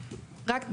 אפילו,